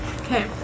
Okay